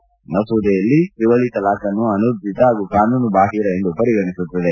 ಈ ಮಸೂದೆ ತ್ರಿವಳಿ ತಲಾಖ್ ಅನ್ನು ಅನೂರ್ಜಿತ ಹಾಗೂ ಕಾನೂನುಬಾಹಿರ ಎಂದು ಪರಿಗಣಿಸುತ್ತದೆ